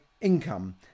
income